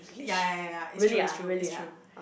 ya ya ya it's true it's true it's true